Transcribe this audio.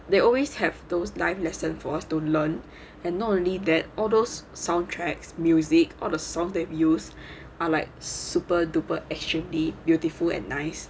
they always have those life lesson for us to learn and not only that all those soundtracks music or the song they use are like super duper extremely beautiful and nice